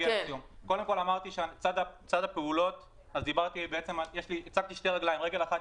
לגבי הפעולות - הצבתי שתי רגליים: הרגל האחת